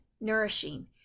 nourishing